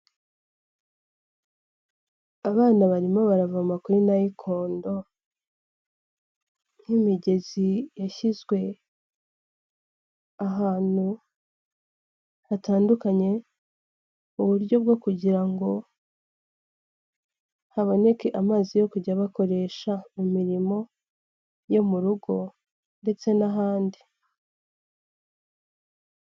Abana barimo baravoma kuri nayikondo nk'imigezi yashyizwe ahantu hatandukanye mu buryo bwo kugira ngo haboneke amazi yo kujya bakoresha mu mirimo yo mu rugo ndetse n'ahandi.